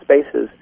spaces